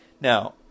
Now